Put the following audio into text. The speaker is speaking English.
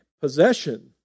possession